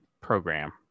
program